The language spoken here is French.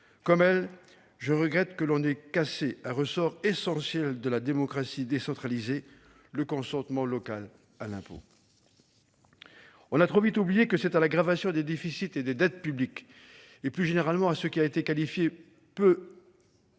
Comme la Cour, je regrette que l'on ait cassé un ressort essentiel de la démocratie décentralisée : le consentement local à l'impôt. On a trop vite oublié que c'est à l'aggravation des déficits et de la dette publique et, plus généralement, à ce qui a été qualifié à peu près